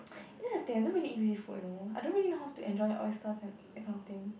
that's the thing I don't really eat seafood you know I don't really know how to enjoy oysters and that kind of thing